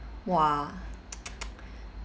!wah!